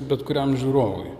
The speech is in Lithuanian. bet kuriam žiūrovui